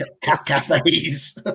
cafes